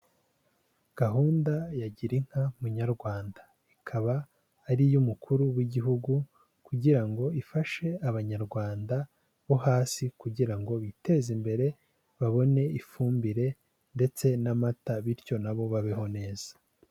Gahunda ya girinka munyarwanda, ikaba ari iy'umukuru w'igihugu kugira ngo ifashe abanyarwanda bo hasi kugira ngo biteze imbere, babone ifumbire ndetse n'amata bityo na bo babeho neza.